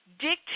dictate